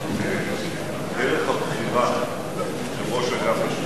על דרך הבחירה של ראש אגף השיקום,